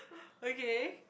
okay